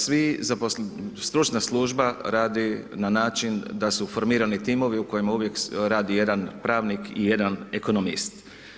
Svi, stručna služba radi na način da su formirani timovi u kojima uvijek radi jedan pravnik i jedan ekonomist.